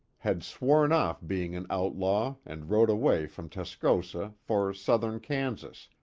had sworn off being an outlaw and rode away from tascosa, for southern kansas,